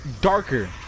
darker